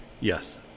Yes